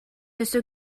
өссө